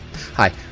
Hi